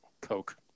coke